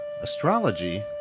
Astrology